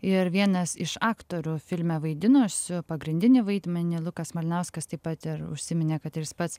ir vienas iš aktorių filme vaidinusių pagrindinį vaidmenį lukas malinauskas taip pat ir užsiminė kad ir jis pats